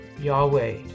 Yahweh